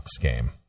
game